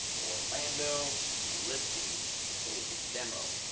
orlando listing we'll say it's a demo.